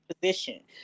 position